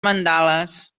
mandales